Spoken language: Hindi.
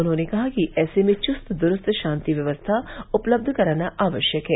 उन्होंने कहा कि ऐसे में चुस्त दुरूस्त शांति व्यवस्था उपलब्ध कराना आवश्यक है